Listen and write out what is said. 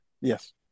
Yes